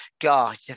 God